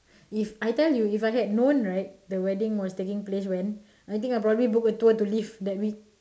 if I tell you if I had known right the wedding was taking place when I think I probably book a tour to leave that week